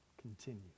continue